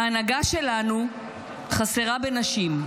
ההנהגה שלנו חסרה בנשים,